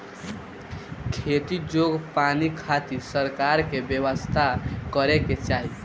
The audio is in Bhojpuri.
खेती जोग पानी खातिर सरकार के व्यवस्था करे के चाही